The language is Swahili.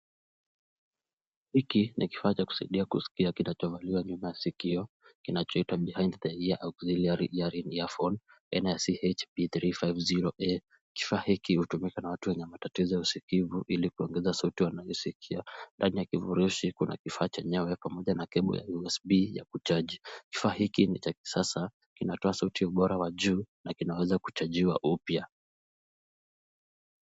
Hiki ni kifaa cha kusaidia kuskia kinachovaliwa maskio kinachoitwa Beehind the ear auxilary hearing earphone aina ya CH-B350A. Kifaa hiki hutumika na watu wenye matatizo ya usikivu ili kuongeza sauti wanazoskia. Ndani ay kifurushi kuna kifaa cha nyawe pamoja na cable ya USB ya kucharge .Kifaa hiki ni cha kisasa kinatoa sauti ubora wa juu na kinaweza kuchargiwa upya.